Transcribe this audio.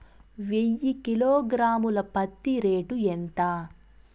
వెయ్యి కిలోగ్రాము ల పత్తి రేటు ఎంత?